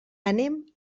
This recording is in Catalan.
anem